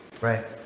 Right